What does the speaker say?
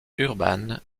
urban